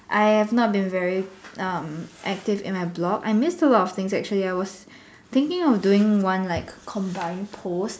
I have not been very um active in my blog I missed a lot of things actually I was thinking of doing one like combined post